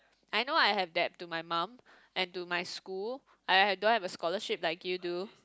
I know I have debt to my mum and to my school I don't have a scholarship like you do